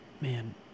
Man